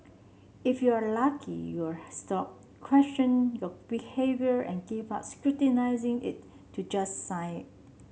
if you're lucky you'll stop question your behaviour and give up scrutinising it to just sign it